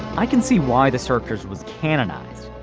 i can see why the circus was canonized.